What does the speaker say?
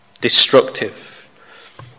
destructive